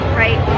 right